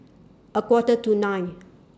A Quarter to nine